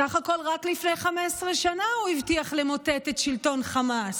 סך הכול רק לפני 15 שנה הוא הבטיח למוטט את שלטון חמאס.